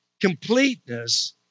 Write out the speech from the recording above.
completeness